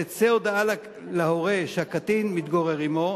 תצא הודעה להורה שהקטין מתגורר עמו,